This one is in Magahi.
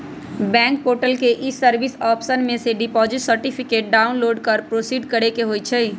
बैंक पोर्टल के ई सर्विस ऑप्शन में से डिपॉजिट सर्टिफिकेट डाउनलोड कर प्रोसीड करेके होइ छइ